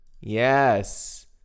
Yes